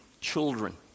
children